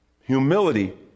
Humility